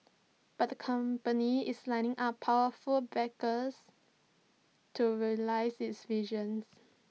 but the company is lining up powerful backers to realise its vision